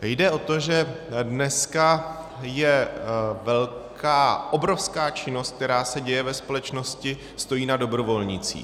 Jde o to, že dneska obrovská činnost, která se děje ve společnosti, stojí na dobrovolnících.